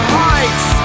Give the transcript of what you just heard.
heights